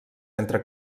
entre